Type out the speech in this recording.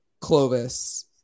Clovis